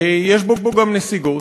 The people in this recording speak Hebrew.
יש בו גם נסיגות,